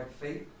faith